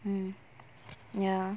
mm ya